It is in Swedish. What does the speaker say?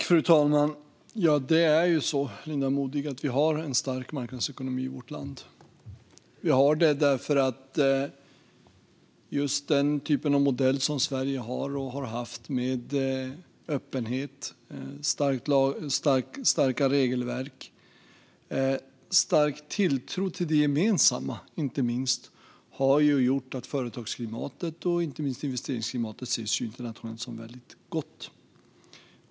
Fru talman! Ja, Linda Modig, vi har en stark marknadsekonomi i vårt land. Vi har det därför att den typ av modell som Sverige har och har haft - med öppenhet, starka regelverk och inte minst stark tilltro till det gemensamma - har gjort att företagsklimatet och inte minst investeringsklimatet internationellt ses som väldigt gott.